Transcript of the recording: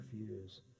refuse